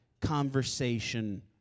conversation